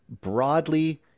broadly